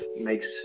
makes